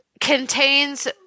contains